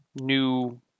new